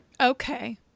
Okay